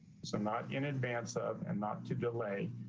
so, not in advance of and not to delay,